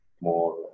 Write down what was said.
more